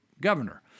governor